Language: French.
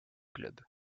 club